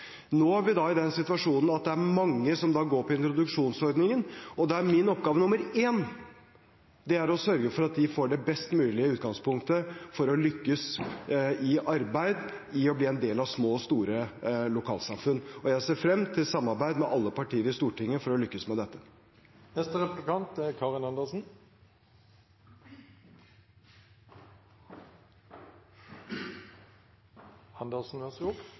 Nå er vi i den situasjonen at det er mange som går på introduksjonsordningen, og det er min oppgave nummer én å sørge for at de får det best mulige utgangspunktet for å lykkes i arbeid, i å bli en del av små og store lokalsamfunn. Jeg ser frem til samarbeid med alle partier i Stortinget for å lykkes med dette. Vi ser også fram til nye forslag, for det er